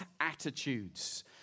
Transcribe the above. attitudes